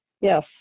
Yes